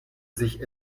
sich